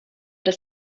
das